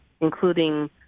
including